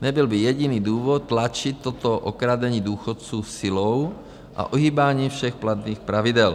Nebyl by jediný důvod tlačit toto okradení důchodců silou a ohýbáním všech platných pravidel.